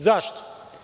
Zašto?